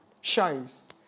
shows